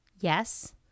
Yes